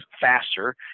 faster